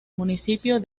municipio